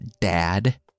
dad